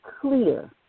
clear